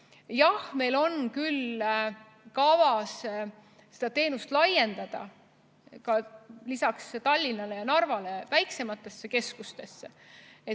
meil on küll kavas seda teenust laiendada lisaks Tallinnale ja Narvale väiksematesse keskustesse.